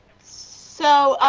so,